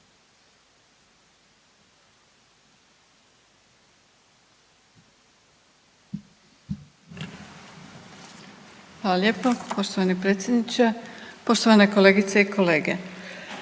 Zahvaljujem gospodine predsjedniče. Poštovane kolegice i kolege